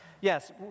Yes